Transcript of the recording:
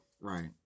Right